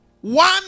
One